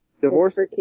divorce